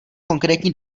konkrétní